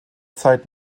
zeit